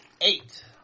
Eight